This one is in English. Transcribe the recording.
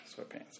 sweatpants